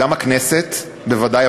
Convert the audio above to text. גם הכנסת בוודאי,